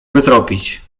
wytropić